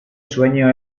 sueño